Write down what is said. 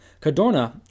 Cadorna